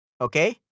Okay